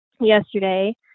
yesterday